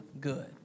good